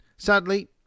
Sadly